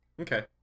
Okay